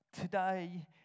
today